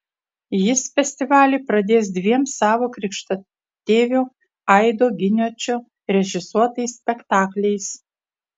jis festivalį pradės dviem savo krikštatėvio aido giniočio režisuotais spektakliais